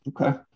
Okay